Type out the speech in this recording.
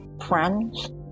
friends